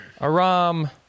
Aram